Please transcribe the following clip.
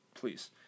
Please